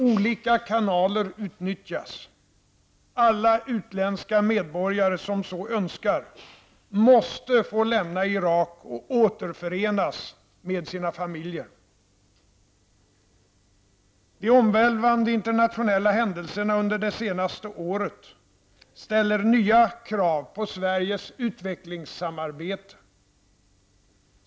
Olika kanaler utnyttjas. Alla utländska medborgare, som så önskar, måste få lämna Irak och återförenas med sina familjer. De omvälvande internationella händelserna under det senaste året ställer nya krav på Sveriges utvecklingssamarbete.